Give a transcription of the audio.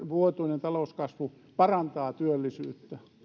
vuotuinen talouskasvu parantaa työllisyyttä